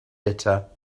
bitter